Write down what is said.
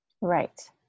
right